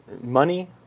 money